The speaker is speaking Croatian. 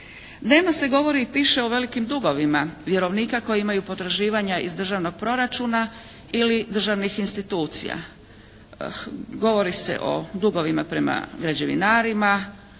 Dnevno se govori i piše o velikim dugovima vjerovnika koji imaju potraživanja iz državnog proračuna ili državnih institucija. Govori se o dugovima prema građevinarima,